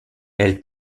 elle